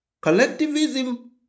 collectivism